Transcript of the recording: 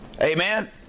Amen